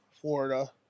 Florida